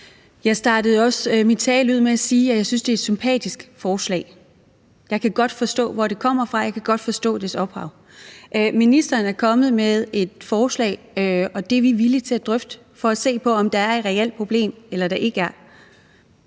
Jeg startede jo også min tale ud med at sige, at jeg synes, det er et sympatisk forslag. Jeg kan godt forstå, hvor det kommer fra. Jeg kan godt forstå dets ophav. Ministeren er kommet med et forslag, og det er vi villige til at drøfte for at se på, om der er et reelt problem eller der ikke er.